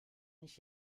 ich